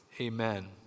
Amen